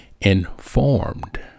informed